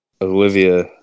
olivia